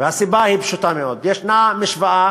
והסיבה היא פשוטה מאוד: יש משוואה,